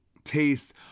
taste